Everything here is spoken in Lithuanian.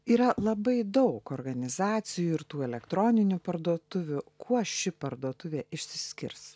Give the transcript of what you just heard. yra labai daug organizacijų ir tų elektroninių parduotuvių kuo ši parduotuvė išsiskirs